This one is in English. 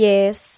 Yes